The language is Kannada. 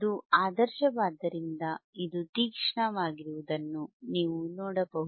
ಇದು ಆದರ್ಶವಾದ್ದರಿಂದ ಇದು ತೀಕ್ಷ್ಣವಾಗಿರುವುದನ್ನು ನೀವು ನೋಡಬಹುದು